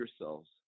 yourselves